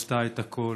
עשתה את הכול.